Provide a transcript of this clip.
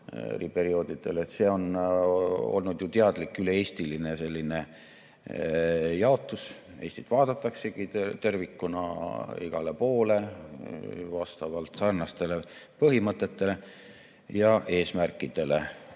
See on olnud ju teadlik üle-eestiline jaotus. Eestit vaadataksegi tervikuna, vastavalt sarnastele põhimõtetele ja eesmärkidele.